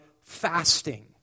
fasting